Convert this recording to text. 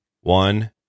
One